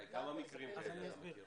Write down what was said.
אני אסביר.